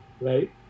right